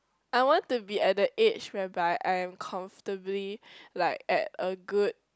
I want to be at the age whereby I'm comfortably like at a good